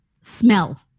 smell